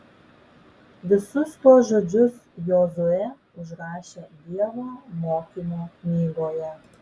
visus tuos žodžius jozuė užrašė dievo mokymo knygoje